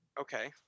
Okay